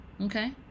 okay